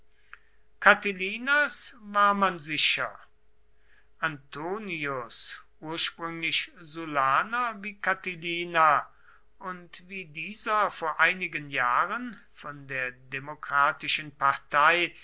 catilinas war man sicher antonius ursprünglich sullaner wie catilina und wie dieser vor einigen jahren von der demokratischen partei